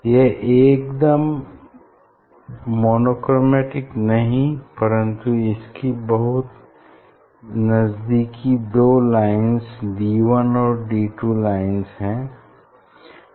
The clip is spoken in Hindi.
यह एकदम मोनोक्रोमेटिक नहीं है परन्तु इसकी बहुत नजदीकी दो लाइन्स D 1 और D 2 लाइन्स हैं